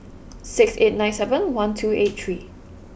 six eight nine seven one two eight three